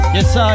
Yes